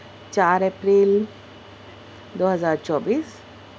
چار اپریل دو ہزار چوبیس